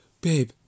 Babe